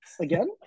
Again